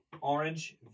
orange